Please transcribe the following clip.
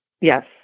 Yes